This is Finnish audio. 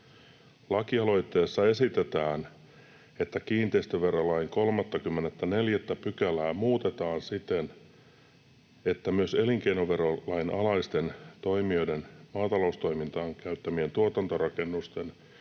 ”Lakialoitteessa esitetään, että kiinteistöverolain 34 §:ää muutetaan siten, että myös elinkeinoverolain alaisten toimijoiden maataloustoimintaan käyttämien tuotantorakennusten